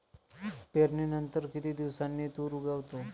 पेरणीनंतर किती दिवसांनी तूर उगवतो?